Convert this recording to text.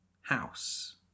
house